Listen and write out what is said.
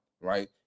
right